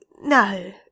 no